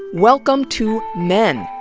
welcome to men,